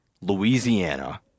Louisiana